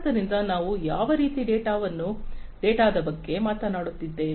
ಆದ್ದರಿಂದ ನಾವು ಯಾವ ರೀತಿಯ ಡೇಟಾದ ಬಗ್ಗೆ ಮಾತನಾಡುತ್ತಿದ್ದೇವೆ